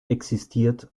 existiert